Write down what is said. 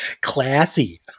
Classy